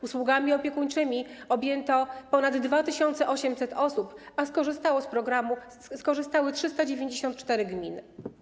Usługami opiekuńczymi objęto ponad 2800 osób, a skorzystały z programu 394 gminy.